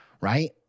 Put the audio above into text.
right